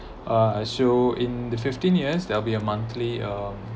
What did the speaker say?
uh so in the fifteen years there'll be a monthly um